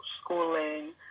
schooling